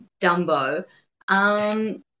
Dumbo